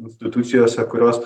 institucijose kurios